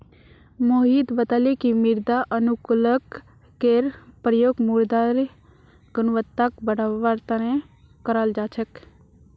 मोहित बताले कि मृदा अनुकूलककेर प्रयोग मृदारेर गुणवत्ताक बढ़वार तना कराल जा छेक